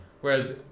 Whereas